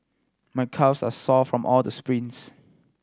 my calves are sore from all the sprints